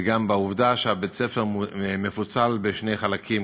וגם בעובדה שבית-הספר מפוצל בשני חלקים,